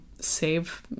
save